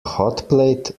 hotplate